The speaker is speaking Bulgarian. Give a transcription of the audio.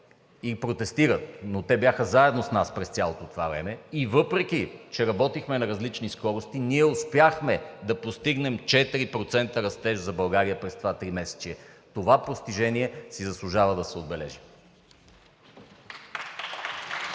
и протестират, но те бяха заедно с нас през цялото това време, въпреки че работехме на различни скорости, ние успяхме да постигнем 4% растеж за България през това тримесечие. Това постижение си заслужава да се отбележи.